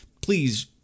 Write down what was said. please